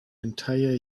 entire